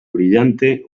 brillante